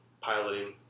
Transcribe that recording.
piloting